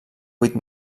vuit